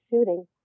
shooting